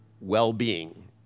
well-being